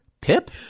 Pip